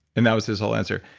and that was his whole answer.